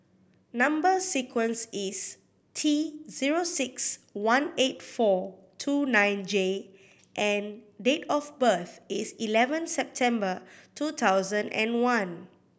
number sequence is T zero six one eight four two nine J and date of birth is eleven September two thousand and one